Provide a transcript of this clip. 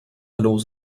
los